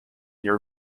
near